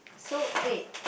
so wait